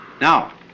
Now